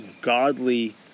godly